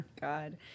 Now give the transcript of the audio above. God